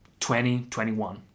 2021